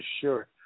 sure